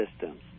systems